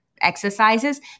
exercises